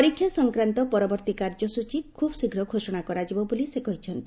ପରୀକ୍ଷା ସଂକ୍ରାନ୍ତ ପରବର୍ତ୍ତୀ କାର୍ଯ୍ୟସୂଚୀ ଖୁବ୍ ଶୀଘ୍ର ଘୋଷଣା କରାଯିବ ବୋଲି ସେ କହିଛନ୍ତି